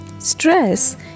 stress